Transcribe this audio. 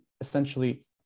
essentially